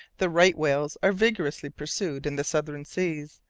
the right-whales are vigorously pursued in the southern seas,